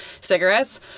cigarettes